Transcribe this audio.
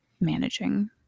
managing